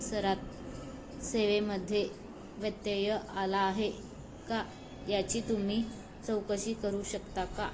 परिसरात सेवेमध्ये व्यत्यय आला आहे का याची तुम्ही चौकशी करू शकता का